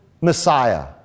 Messiah